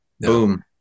boom